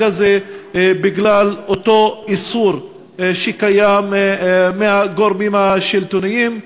הזה בגלל אותו איסור שקיים מהגורמים השלטוניים.